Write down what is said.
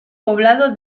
poblado